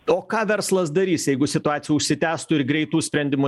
o ką verslas darys jeigu situacija užsitęstų ir greitų sprendimų